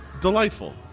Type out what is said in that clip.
delightful